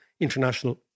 international